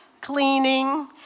cleaning